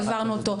העברנו אותו.